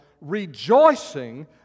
rejoicing